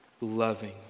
loving